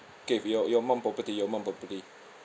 okay your your mum property your mum property